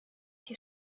die